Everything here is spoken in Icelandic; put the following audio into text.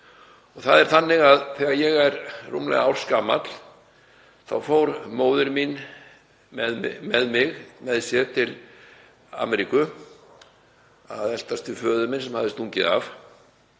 Það er þannig að þegar ég er rúmlega ársgamall þá fór móðir mín með mig með sér til Ameríku að eltast við föður minn sem hafði stungið af.